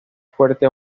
fuerte